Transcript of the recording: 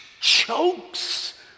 chokes